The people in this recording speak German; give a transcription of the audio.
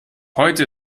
heute